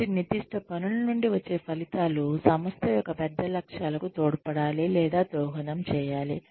కాబట్టి నిర్దిష్ట పనుల నుండి వచ్చే ఫలితాలు సంస్థ యొక్క పెద్ద లక్ష్యాలకు తోడ్పడాలి లేదా దోహదం చేయాలి